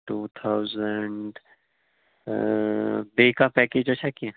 two thousand اۭں بیٚیہِ کانٛہہ پیکیج آسیا کیٚنٛہہ